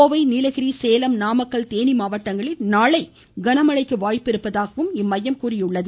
கோவை நீலகிரி சேலம் நாமக்கல் தேனி மாவட்டங்களில் நாளை கனமழைக்கு வாய்ப்பிருப்பதாகவும் இம்மையம் கூறியுள்ளது